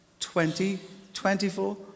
2024